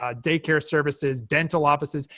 ah daycare services, dental offices,